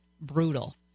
brutal